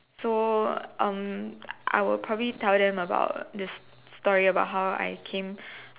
so um I would probably tell them about this story about how I came